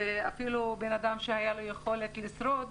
ואפילו אדם שהיתה לו יכולת לשרוד,